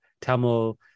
tamil